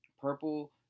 Purple